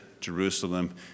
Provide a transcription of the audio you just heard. Jerusalem